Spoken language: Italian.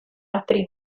altri